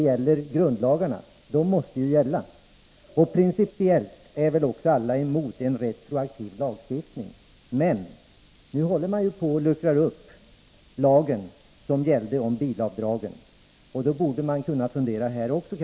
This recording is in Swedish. Grundlagarna måste ju gälla, och principiellt är alla emot en retroaktiv lagstiftning. Men nu håller man ju på att luckra upp den lag som gällde om bilavdrag, och då borde man = Nr 18 kanske kunna fundera också här.